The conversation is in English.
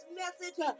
message